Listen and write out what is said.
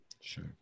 Sure